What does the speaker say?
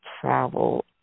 travel